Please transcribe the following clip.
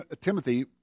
Timothy